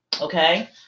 Okay